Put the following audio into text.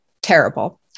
terrible